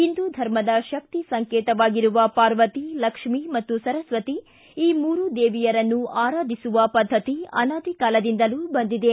ಹಿಂದೂಧರ್ಮದ ಶಕ್ತಿ ಸಂಕೇತವಾಗಿರುವ ಪಾರ್ವತಿ ಲಕ್ಷ್ಮೀ ಮತ್ತು ಸರಸ್ವತಿ ಈ ಮೂರು ದೇವಿಯರನ್ನೂ ಆರಾಧಿಸುವ ಪದ್ಧತಿ ಅನಾದಿ ಕಾಲದಿಂದಲೂ ಬಂದಿದೆ